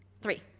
three,